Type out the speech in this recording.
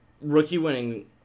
Rookie-winning